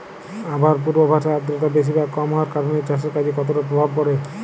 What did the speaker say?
আবহাওয়ার পূর্বাভাসে আর্দ্রতা বেশি বা কম হওয়ার কারণে চাষের কাজে কতটা প্রভাব পড়ে?